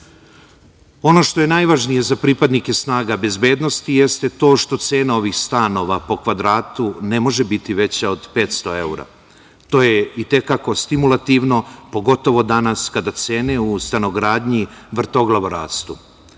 što je najvažnije za pripadnike snaga bezbednosti jeste to što cena ovih stanova po kvadratu ne može biti veća od 500 evra. To je i te kako stimulativno, pogotovo danas kada cene u stanogradnji vrtoglavo rastu.Za